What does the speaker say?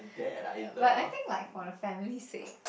but I think like for the family sake